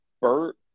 Bert